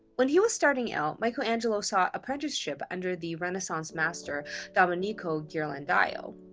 when he was starting out, michelangelo sought apprenticeship under the renaissance master domenico ghirlandaio.